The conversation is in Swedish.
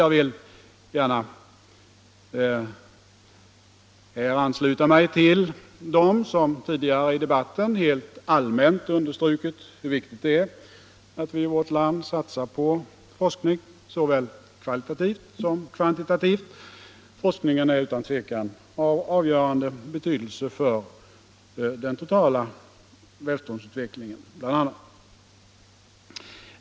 Jag vill gärna ansluta mig till dem som tidigare i debatten helt allmänt har understrukit hur viktigt det är att vi i vårt land satsar på forskning såväl kvalitativt som kvantitativt. Forskningen är utan tvivel av avgörande betydelse för den totala välståndsutvecklingen.